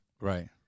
Right